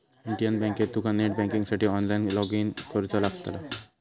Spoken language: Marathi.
इंडियन बँकेत तुका नेट बँकिंगसाठी ऑनलाईन लॉगइन करुचा लागतला